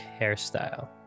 hairstyle